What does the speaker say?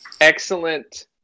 excellent